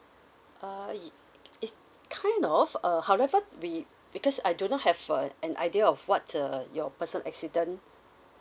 uh ye~ it's kind of err however we because I do not have uh an idea of what uh your personal accident